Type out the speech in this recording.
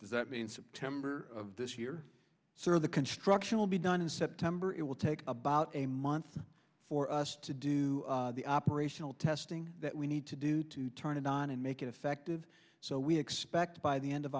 does that mean september of this year sir the construction will be done in september it will take about a month for us to do the operational testing that we need to do to turn it on and make it effective so we expect by the end of